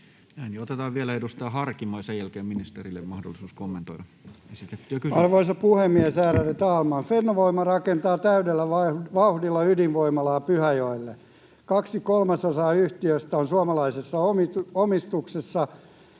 Otetaan vielä edustaja Harkimo ja sen jälkeen ministerille mahdollisuus kommentoida esitettyjä kysymyksiä. Arvoisa puhemies, ärade talman! Fennovoima rakentaa täydellä vauhdilla ydinvoimalaa Pyhäjoelle. Kaksi kolmasosaa yhtiöstä on suomalaisessa omistuksessa,